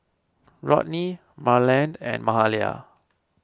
Rodney Marland and Mahalia